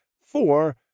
four